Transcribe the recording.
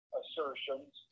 assertions